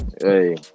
hey